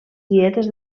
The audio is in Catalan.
dietes